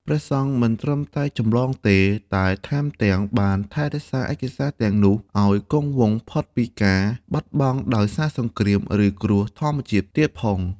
ព្រះសង្ឃមិនត្រឹមតែចម្លងទេ តែថែមទាំងបានថែរក្សាឯកសារទាំងនោះឲ្យគង់វង្សផុតពីការបាត់បង់ដោយសារសង្គ្រាម ឬគ្រោះធម្មជាតិទៀតផង។